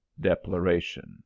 deploration